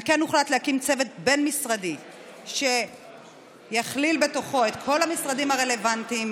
על כן הוחלט להקים צוות בין-משרדי שיכלול את כל המשרדים הרלוונטיים,